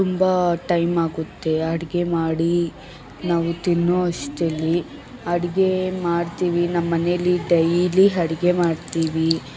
ತುಂಬ ಟೈಮ್ ಆಗುತ್ತೆ ಅಡಿಗೆ ಮಾಡಿ ನಾವು ತಿನ್ನುವಷ್ಟಲ್ಲಿ ಅಡಿಗೆ ಮಾಡ್ತೀವಿ ನಮ್ಮ ಮನೇಲಿ ಡೈಲಿ ಅಡ್ಗೆ ಮಾಡ್ತೀವಿ